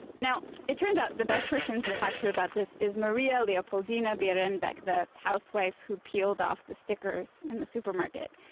now it turns out the best person to talk to about this is maria leopoldina bierrenbach, the housewife who peeled off the stickers in the supermarket,